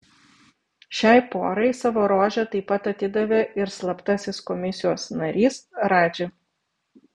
šiai porai savo rožę taip pat atidavė ir slaptasis komisijos narys radži